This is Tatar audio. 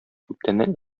күптәннән